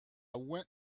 went